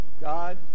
God